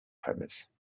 premise